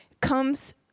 comes